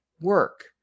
work